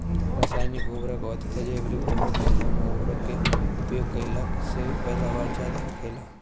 रसायनिक उर्वरक तथा जैविक उर्वरक में कउन उर्वरक के उपयोग कइला से पैदावार ज्यादा होखेला?